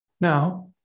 Now